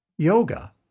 Yoga